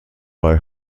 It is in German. bei